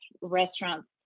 restaurants